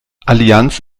allianz